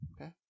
okay